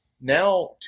now